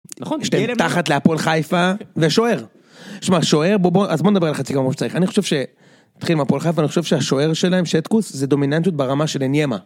תחת להפועל חיפה ושוער. שמע שוער בוא בוא אז בוא נדבר על חצי גמר כמו שצריך אני חושב שנתחיל מהפועל חיפה, אני חושב שהשוער שלהם שטקוס זה דומיננטיות ברמה של הניאמה.